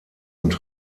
und